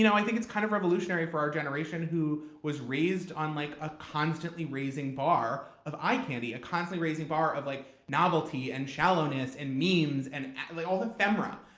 you know i think it's kind of revolutionary for our generation, who was raised on like a constantly raising bar of eye candy, a constantly raising bar of like novelty and shallowness and memes and and all the ephemera.